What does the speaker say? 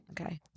Okay